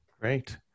Great